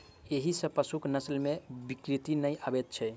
एहि सॅ पशुक नस्ल मे विकृति नै आबैत छै